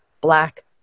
black